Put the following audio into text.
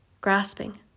grasping